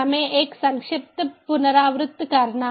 हमें एक संक्षिप्त पुनरावृत्ति करना है